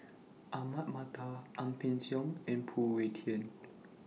Ahmad Mattar Ang Peng Siong and Phoon Yew Tien